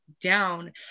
down